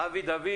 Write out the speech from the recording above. אבי דוד?